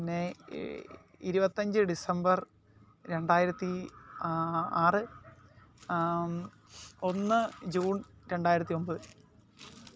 പിന്നേ ഇരുപത്തഞ്ച് ഡിസംബർ രണ്ടായിരത്തി ആ ആറ് ഒന്ന് ജൂൺ രണ്ടായിരത്തി ഒൻപത്